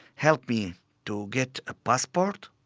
help me to get a passport,